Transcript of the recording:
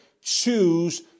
choose